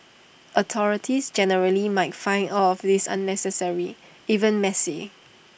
authorities generally might find all of this unnecessary even messy